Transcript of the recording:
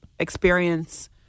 experience